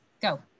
go